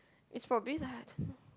is for pizza